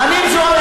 חנין זועבי,